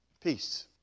peace